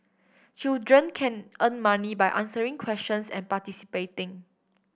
children can earn money by answering questions and participating